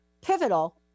pivotal